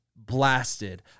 blasted